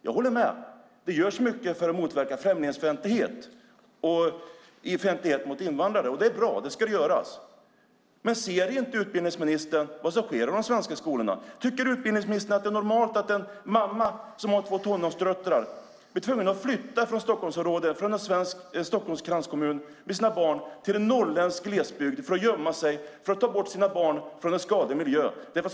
Jag håller med om att det görs mycket för att motverka främlingsfientlighet mot invandrare. Det är bra; det ska göras. Men ser inte utbildningsministern vad som sker i de svenska skolorna? Tycker utbildningsministern att det är normalt att en mamma blir tvungen att flytta från en av Stockholms kranskommuner med sina två tonårsdöttrar till den norrländska glesbygden för att gömma sig och ta bort sina barn från en skadlig miljö?